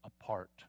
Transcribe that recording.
apart